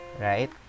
right